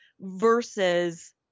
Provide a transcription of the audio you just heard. versus